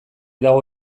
dago